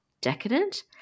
decadent